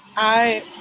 i